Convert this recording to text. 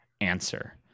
answer